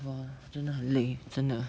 !wah! 真的很累真的